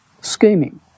scheming